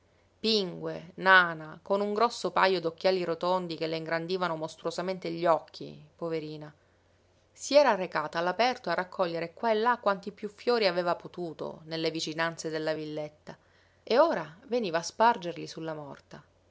pingue nana con un grosso pajo d'occhiali rotondi che le ingrandivano mostruosamente gli occhi poverina si era recata all'aperto a raccoglier qua e là quanti piú fiori aveva potuto nelle vicinanze della villetta e ora veniva a spargerli sulla morta